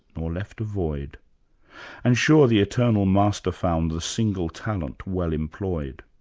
nor left a void and sure the eternal master found the single talent well employed.